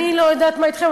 אני לא יודעת מה אתכם,